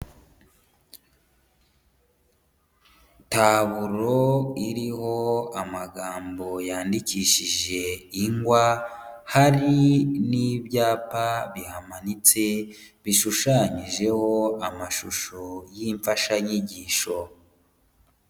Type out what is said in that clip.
Taburo iriho amagambo yandikishije ingwa, hari n'ibyapa bihamanitse bishushanyijeho amashusho y'imfashanyigisho.